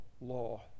law